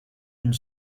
une